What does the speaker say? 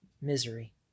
misery